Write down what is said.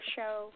Show